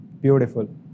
Beautiful